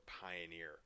Pioneer